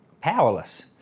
powerless